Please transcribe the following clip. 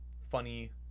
funny